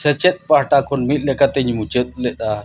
ᱥᱮᱪᱮᱫ ᱯᱟᱦᱴᱟ ᱠᱷᱚᱱ ᱢᱤᱫ ᱞᱮᱠᱟᱛᱤᱧ ᱢᱩᱪᱟᱹᱫ ᱞᱮᱫᱟ